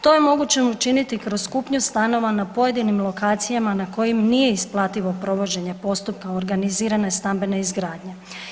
To je moguće učiniti kroz kupnju stanova na pojedinim lokacijama na kojima nije isplativo provođenje postupka organizirane stambene izgradnje.